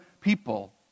people